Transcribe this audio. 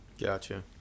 Gotcha